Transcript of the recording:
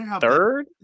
third